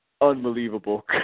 unbelievable